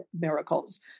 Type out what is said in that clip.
miracles